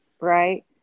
right